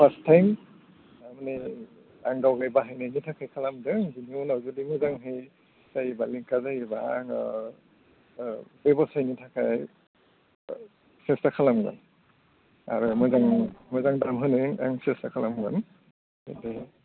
first time थारमानि आं गावनि बाहायनायनि थाखाय खालामदों बिनि उनाव जुदि मोजाङै जायोब्ला लिंकआ जायोब्ला आङो बे बसायनि थाखाय सेसथा खालामगोन आरो मोजां मोजां दाम होनो आं सेसथा खालामगोन